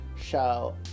show